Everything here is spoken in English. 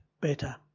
better